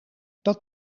dat